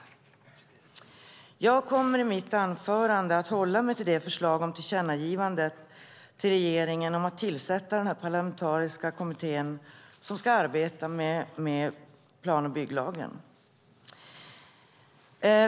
Jag kommer i mitt anförande att hålla mig till det förslag om tillkännagivande till regeringen om att tillsätta en parlamentarisk kommitté som ska arbeta med plan och bygglagen.